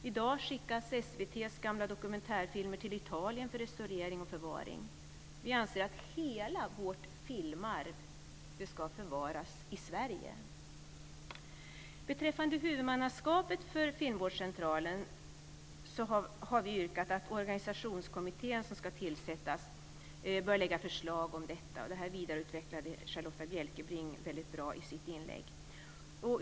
I dag skickas SVT:s gamla dokumentärfilmer till Italien för restaurering och förvaring. Vi anser att hela vårt filmarv ska förvaras i Beträffande huvudmannaskapet för filmvårdscentralen har vi yrkat att den organisationskommitté som ska tillsättas bör lägga fram förslag. Detta vidareutvecklade Charlotta Bjälkebring väldigt bra i sitt inlägg.